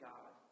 God